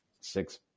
six